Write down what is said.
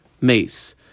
Mace